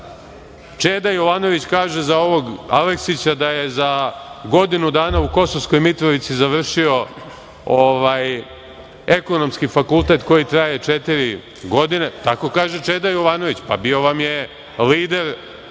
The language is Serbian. Čeda Jovanović kaže za ovog Aleksića da je za godinu dana su Kosovskoj Mitrovici završio Ekonomski fakultet koji traje četiri godine, tako kaže Čedomir Jovanović. Bio vam je lider